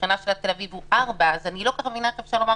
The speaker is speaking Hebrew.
ובתל אביב 4%, אני לא כל כך מבינה איך אפשר לומר